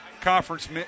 conference